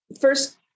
first